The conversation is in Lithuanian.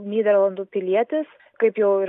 nyderlandų pilietis kaip jau ir